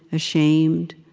ashamed,